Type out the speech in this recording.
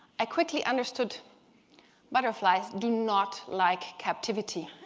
i quickly understood butterflies do not like captivity.